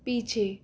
पीछे